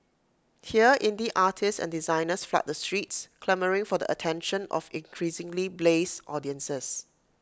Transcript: here indie artists and designers flood the streets clamouring for the attention of increasingly blase audiences